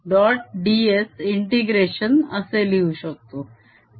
ds integration असे लिहू शकतो